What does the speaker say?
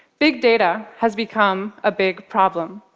big data has become a big problem.